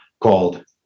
called